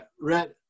red